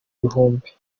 bihumbi